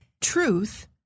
truth